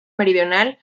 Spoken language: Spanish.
meridional